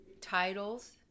titles